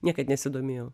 niekad nesidomėjau